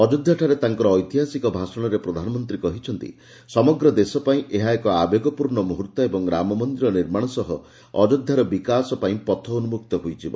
ଅଯୋଧ୍ୟାଠାରେ ତାଙ୍କର ଐତିହାସିକ ଭାଷଣରେ ପ୍ରଧାନମନ୍ତ୍ରୀ କହିଛନ୍ତି ସମଗ୍ର ଦେଶପାଇଁ ଏହା ଏକ ଆବେଗପୂର୍ଣ୍ଣ ମୁହୂର୍ତ୍ତ ଓ ରାମ ମନ୍ଦିର ନିର୍ମାଣ ସହ ଅଯୋଧ୍ୟାର ବିକାଶ ପାଇଁ ପଥ ଉନ୍କକ୍ତ ହୋଇଯିବ